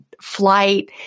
flight